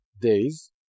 days